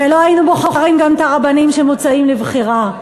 ולא היינו בוחרים גם את הרבנים שמוצעים לבחירה.